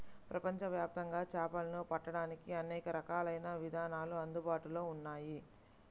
ప్రపంచవ్యాప్తంగా చేపలను పట్టడానికి అనేక రకాలైన విధానాలు అందుబాటులో ఉన్నాయి